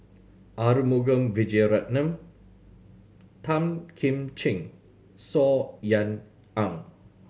Arumugam Vijiaratnam Tan Kim Ching Saw Ean Ang